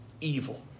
evil